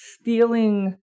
stealing